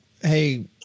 hey